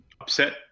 upset